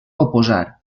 oposar